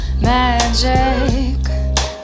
magic